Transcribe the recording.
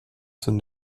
sind